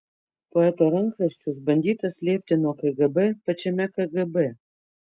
poeto rankraščius bandyta slėpti nuo kgb pačiame kgb